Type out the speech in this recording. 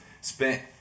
Spent